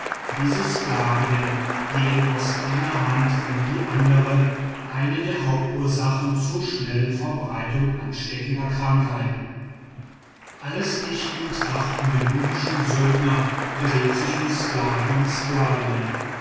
diese sklavinnen gehen aus einer hand in die andere eine der hauptursachen zur schnellen verbreitung ansteckender krankheiten alles dichten und trachten der nubischen söldner drehte sich um sklaven und sklavinnen